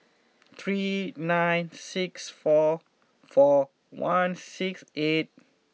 three nine six four four one six eight